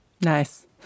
Nice